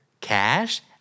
Cash